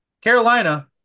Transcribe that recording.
Carolina